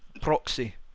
proxy